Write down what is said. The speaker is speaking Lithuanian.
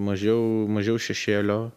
mažiau mažiau šešėlio